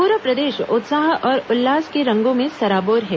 पूरा प्रदेश उत्साह और उल्लास के रंगों में सरोबार है